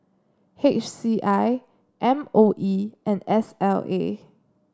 H C I M O E and S L A